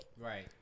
Right